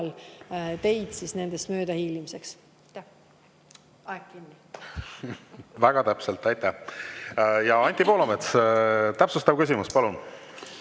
kõrvalteid nendest möödahiilimiseks. Aeg kinni! Väga täpselt. Aitäh! Anti Poolamets, täpsustav küsimus, palun!